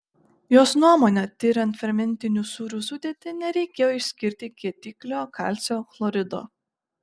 jos nuomone tiriant fermentinių sūrių sudėtį nereikėjo išskirti kietiklio kalcio chlorido